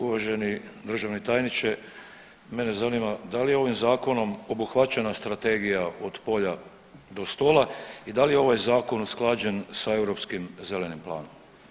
Uvaženi državni tajniče, mene zanima da li je ovim zakonom obuhvaćena Strategija Od polja do stola i da li je ovaj zakon usklađen sa Europskim zelenim planom?